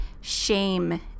shame